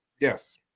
Yes